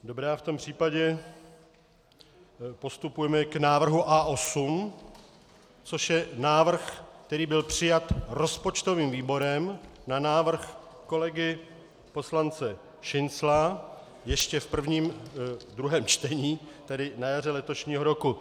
Dobrá, v tom případě postupujeme k návrhu A8, což je návrh, který byl přijat rozpočtovým výborem na návrh kolegy poslance Šincla ještě ve druhém čtení, tedy na jaře letošního roku.